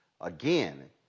Again